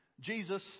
Jesus